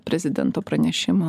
prezidento pranešimo